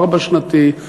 ארבע-שנתי.